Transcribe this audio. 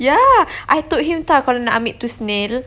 ya I told him [tau] kalau nak ambil itu snail